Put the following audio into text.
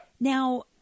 Now